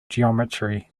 geometry